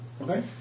Okay